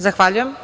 Zahvaljujem.